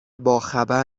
باخبر